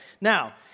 Now